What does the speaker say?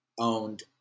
owned